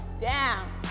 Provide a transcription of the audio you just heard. Down